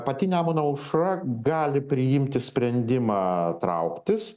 pati nemuno aušra gali priimti sprendimą trauktis